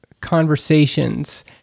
conversations